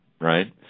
right